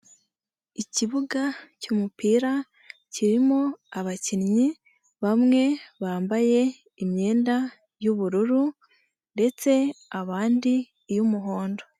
Ikibuga cy'umupira kirimo abakinnyi bamwe bambaye imyenda y'ubururu ndetse abandi iy'umuhondo.